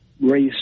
race